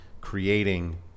creating